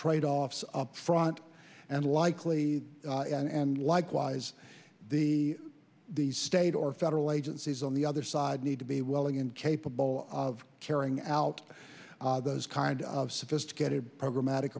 trade offs up front and likely and likewise the the state or federal agencies on the other side need to be willing and capable of carrying out those kind of sophisticated programmatic